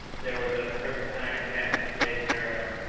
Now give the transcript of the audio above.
there was at the present time encamped a slave caravan,